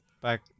back